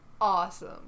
awesome